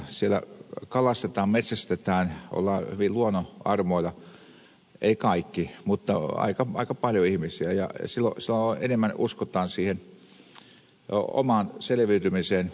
siellä kalastetaan metsästetään ollaan hyvin luonnon armoilla eivät kaikki mutta aika paljon ihmisiä ja silloin enemmän uskotaan siihen omaan selviytymiseen